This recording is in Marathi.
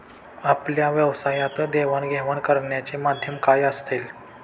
आपल्या व्यवसायात देवाणघेवाण करण्याचे माध्यम काय असेल?